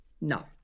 No